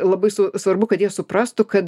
labai sva kad jie suprastų kad